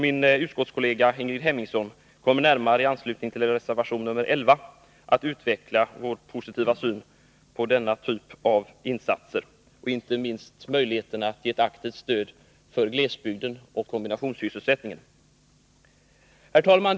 Min utskottskollega Ingrid Hemmingsson kommer i anslutning till reservation 11 att närmare utveckla vår positiva syn på denna typ av insatser, inte minst på möjligheterna att ge ett aktivt stöd för glesbygden och kombinationssysselsättningen. z Herr talman!